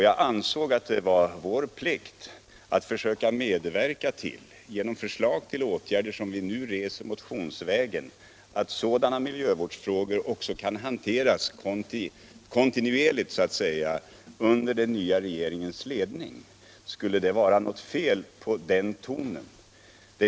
Jag ansåg därför att det var vår plikt att försöka medverka — genom förslag till åtgärder som vi nu reser motionsvägen —- till att sådana miljövårdsfrågor också kan hanteras kontinuerligt under den nya regeringens ledning. Skulle det vara något fel på den tonen?